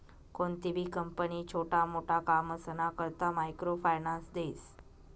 कोणतीबी कंपनी छोटा मोटा कामसना करता मायक्रो फायनान्स देस